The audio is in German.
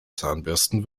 zahnbürsten